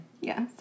Yes